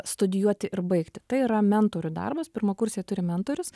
studijuoti ir baigti tai yra mentorių darbas pirmakursiai turi mentorius